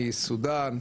מסודן,